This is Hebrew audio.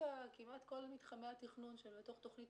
כרגע כמעט כל מתחמי התכנון שבתוך תוכנית